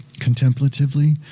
contemplatively